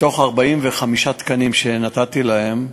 מתוך 45 תקנים שנתתי להם,